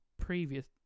previous